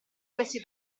questi